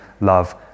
love